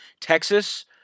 Texas